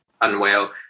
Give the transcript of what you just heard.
unwell